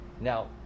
Now